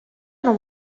non